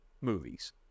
movies